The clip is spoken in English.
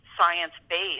science-based